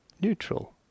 neutral